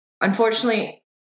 unfortunately